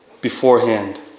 beforehand